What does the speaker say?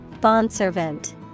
Bondservant